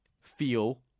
feel